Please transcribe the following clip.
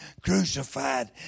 crucified